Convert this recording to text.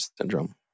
syndrome